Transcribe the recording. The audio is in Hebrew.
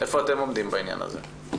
איפה אתם עומדים בעניין הזה?